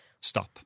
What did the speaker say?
stop